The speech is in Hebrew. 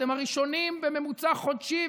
אתם הראשונים בממוצע חודשי,